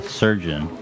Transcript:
surgeon